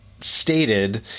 stated